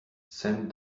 send